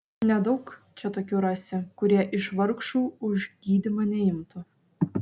nedaug čia tokių rasi kurie iš vargšų už gydymą neimtų